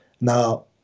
Now